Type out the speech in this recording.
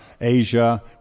Asia